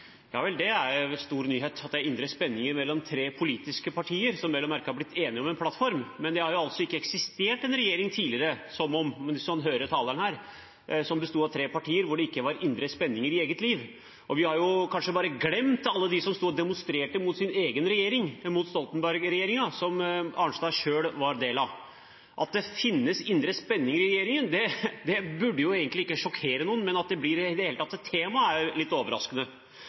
Ja vel, det er en stor nyhet at det er indre spenninger mellom tre politiske partier – som vel å merke har blitt enige om en plattform – men det har altså ikke eksistert en regjering tidligere, hører man fra taleren her, som besto av tre partier hvor det ikke var indre spenninger i eget liv. Vi har kanskje glemt alle dem som sto og demonstrerte mot sin egen regjering, mot Stoltenberg-regjeringen, som representanten Arnstad selv var del av. At det finnes indre spenninger i regjeringen, burde egentlig ikke sjokkere noen, men at det i det hele tatt blir et tema, er litt overraskende.